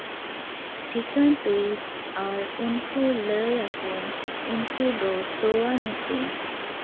ᱴᱷᱤᱠᱟᱱ tweet ᱟᱨ ᱩᱱᱠᱩ ᱞᱟᱹᱭ ᱟᱠᱚᱢ ᱩᱱᱠᱩ ᱫᱚ ᱛᱚᱣᱟ ᱧᱩᱛᱩᱢ